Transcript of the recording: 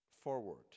forward